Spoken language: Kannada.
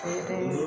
ಬೇರೆ